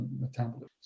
metabolism